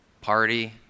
party